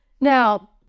Now